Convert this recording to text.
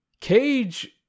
Cage